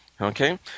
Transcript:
Okay